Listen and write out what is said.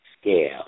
scale